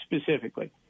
specifically